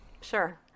Sure